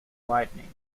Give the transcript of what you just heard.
lightning